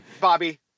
Bobby